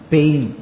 Pain